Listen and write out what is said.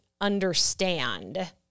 understand